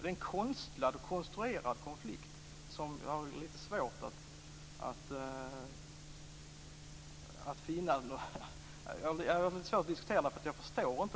Det är en konstruerad konflikt som jag inte förstår.